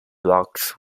blocks